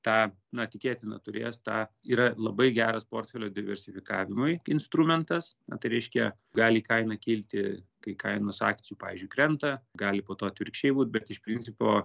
tą na tikėtina turės tą yra labai geras portfelio diversifikavimui instrumentas na tai reiškia gali kaina kilti kai kainos akcijų pavyzdžiui krenta gali po to atvirkščiai būt bet iš principo